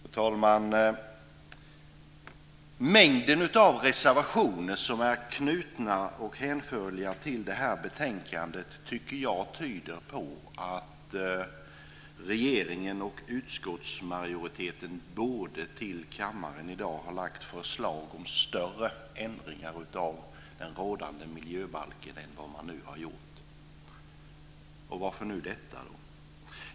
Fru talman! Mängden reservationer knutna och hänförliga till detta betänkande tyder, menar jag, på att regeringen och utskottsmajoriteten borde till kammaren i dag ha lagt fram förslag om större ändringar av rådande miljöbalk än man nu har gjort. Varför nu detta?